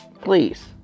Please